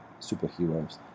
superheroes